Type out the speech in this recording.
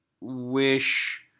wish